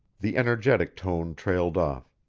the energetic tone trailed off